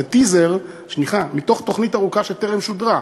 זה טיזר מתוך תוכנית ארוכה שטרם שודרה.